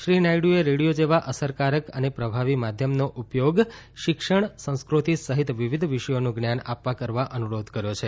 શ્રી નાયડુએ રેડિયો જેવા અસરકારક અને પ્રભાવી માધ્યમનો ઉપયોગ શીક્ષણ સંસ્કૃતિ સહિત વિવિધ વિષયોનું જ્ઞાન આપવા કરવા અનુરોધ કર્યો છે